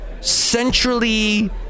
Centrally